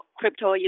crypto